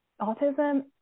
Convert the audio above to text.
autism